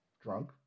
drunk